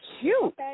cute